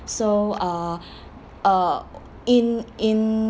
so uh uh in in